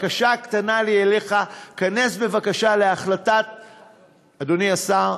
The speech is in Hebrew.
בקשה קטנה לי אליך, אדוני השר,